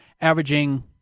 averaging